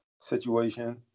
situation